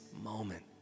moment